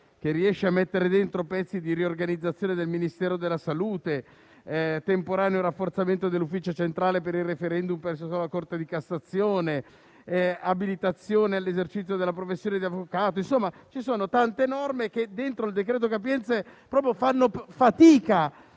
che riesce a mettere dentro pezzi di riorganizzazione del Ministero della salute; temporaneo rafforzamento dell'Ufficio centrale per il *referendum* presso la Corte di cassazione; abilitazione all'esercizio della professione di avvocato e quant'altro. Insomma, ci sono tante norme che dentro il decreto-legge capienze fanno fatica